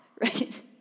right